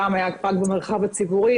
פעם היה מרחב ציבורי,